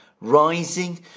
rising